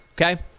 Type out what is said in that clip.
okay